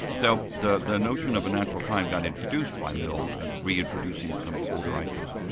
so the the notion of a natural kind got introduced by mill reintroducing some older ideas,